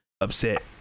upset